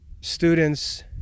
students